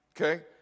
Okay